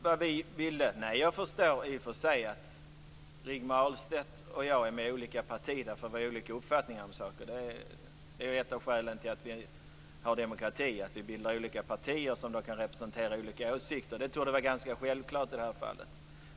Fru talman! Jag förstår i och för sig att Rigmor Ahlstedt och jag är med i olika partier därför att vi har olika uppfattningar om saker. Det är ju ett av skälen till att vi har demokrati och att vi bildar olika partier som kan representera olika åsikter. Det torde vara ganska självklart i detta fall.